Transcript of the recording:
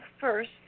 first